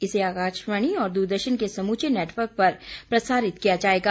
इसे आकाशवाणी और दूरदर्शन के समूचे नेटवर्क पर प्रसारित किया जाएगा